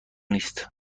نیست